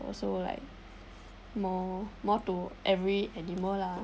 also like more more to every animal lah